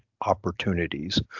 opportunities